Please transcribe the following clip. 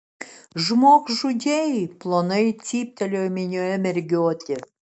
žmogžudžiai plonai cyptelėjo minioje mergiotė